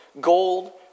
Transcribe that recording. gold